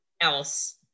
else